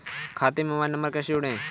खाते से mobile number कैसे जोड़ें?